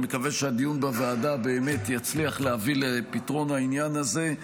אני מקווה שהדיון בוועדה באמת יצליח להביא לפתרון העניין הזה.